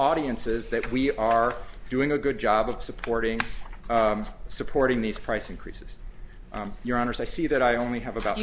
audiences that we are doing a good job of supporting supporting these price increases your honor so i see that i only have about